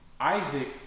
Isaac